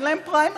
אין להם פריימריז,